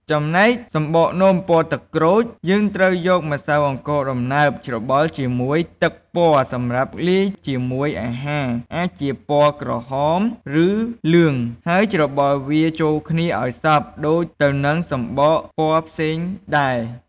ចំណែក សំបកនំពណ៌ទឹកក្រូច យើងត្រូវយកម្សៅអង្ករដំណើប ច្របល់ជាមួយទឹកពណ៌សម្រាប់លាយជាមួយអាហារអាចជា ពណ៌ ក្រហម ឬលឿង ហើយច្របល់វាចូលគ្នាឱ្យសព្វដូចទៅនឹងសំបកពណ៌ផ្សេងដែរ។